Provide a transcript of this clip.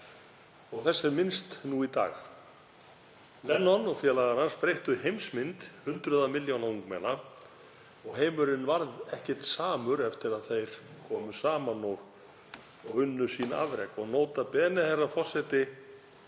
og þess er minnst nú í dag. Lennon og félagar hans breyttu heimsmynd hundruð milljóna ungmenna og heimurinn varð ekki samur eftir að þeir komu saman og unnu sín afrek og nota bene, herra